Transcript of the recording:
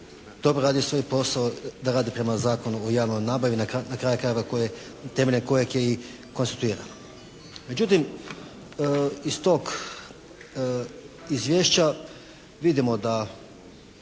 dobro radi svoj posao. Da radi prema Zakonu o javnoj nabavi. Na kraju krajeva koje, temeljem kojeg je i konstituirana. Međutim iz tog izvješća vidimo da